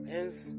Hence